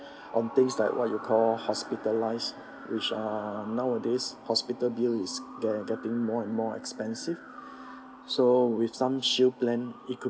on things like what you call hospitalised which uh nowadays hospital bill is getting more and more expensive so with some shield plan it could